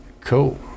cool